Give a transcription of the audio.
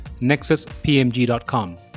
nexuspmg.com